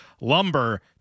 Lumber